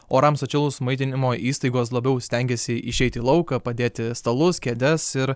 orams atšilus maitinimo įstaigos labiau stengiasi išeit į lauką padėti stalus kėdes ir